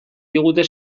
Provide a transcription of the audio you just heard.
diguten